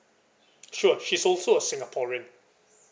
sure she's also a singaporean